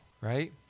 right